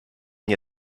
nie